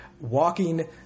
walking